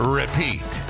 repeat